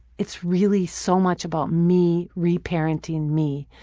it's really so much about me re-parenting me.